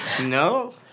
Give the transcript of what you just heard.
No